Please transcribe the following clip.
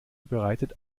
bereitet